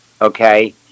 okay